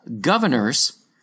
governors